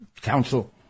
council